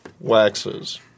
waxes